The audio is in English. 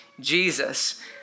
Jesus